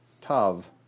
tav